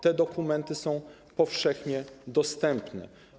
Te dokumenty są powszechnie dostępne.